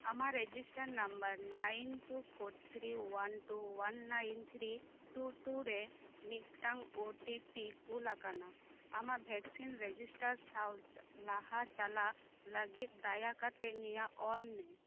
ᱟᱢᱟᱜ register number nine two four three one two one nine three two two ᱨᱮ ᱢᱤᱜᱴᱟᱱ O T P ᱠᱩᱞ ᱟᱠᱟᱱᱟ ᱟᱢᱟᱜ ᱵᱷᱮᱠᱥᱤᱱ ᱨᱮᱡᱤᱥᱴᱟᱨ ᱥᱟᱶ ᱞᱟᱦᱟ ᱪᱟᱞᱟᱜ ᱞᱟᱜᱤᱫ ᱫᱟᱭᱟ ᱠᱟᱛᱮᱜ ᱱᱤᱭᱟ ᱚᱞ ᱢᱮ